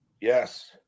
yes